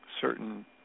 certain